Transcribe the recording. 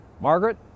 Margaret